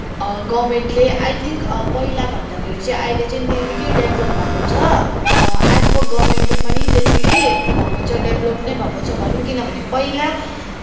गभर्मेन्टले I think पहिला भन्दाखेरि चाहिँ अहिले चाहिँ निकै डेभ्लप भएको छ एज पर गभर्मेन्ट पनि त्यतिकै भएको छ डेभ्लप नै भएको छ भनौँ किनभने पहिला